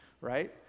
right